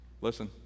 Listen